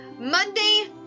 Monday